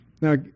Now